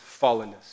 fallenness